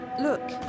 Look